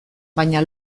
baina